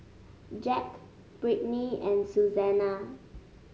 Jacque Brittaney and Suzanna